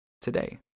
today